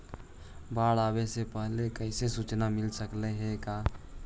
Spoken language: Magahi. बाढ़ आवे से पहले कैसहु सुचना मिल सकले हे का?